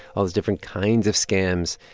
all the different kinds of scams,